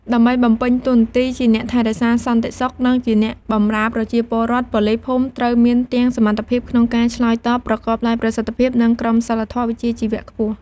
ដើម្បីបំពេញតួនាទីជាអ្នកថែរក្សាសន្តិសុខ និងជាអ្នកបម្រើប្រជាពលរដ្ឋ ប៉ូលីសភូមិត្រូវមានទាំងសមត្ថភាពក្នុងការឆ្លើយតបប្រកបដោយប្រសិទ្ធភាព និងក្រមសីលធម៌វិជ្ជាជីវៈខ្ពស់។